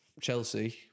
Chelsea